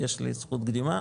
יש לי זכות קדימה,